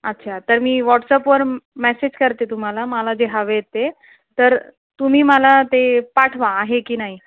अच्छा तर मी व्हॉट्सअपवर मॅसेज करते तुम्हाला मला जे हवेत ते तर तुम्ही मला ते पाठवा आहे की नाही